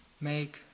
make